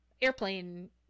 airplane